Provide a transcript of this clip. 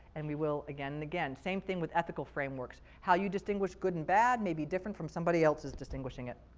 and we will again and again. same thing with ethical frameworks. how you distinguish good and bad may be different from somebody else's distinguishing it.